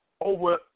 over